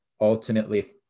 ultimately